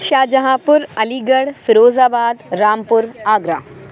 شاہجہاں پور Aligarh Firozabad Rampur Agra